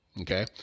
Okay